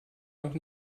noch